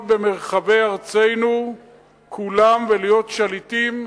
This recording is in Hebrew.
להיות במרחבי ארצנו כולם, ולהיות שליטים,